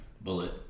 Bullet